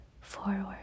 forward